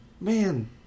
Man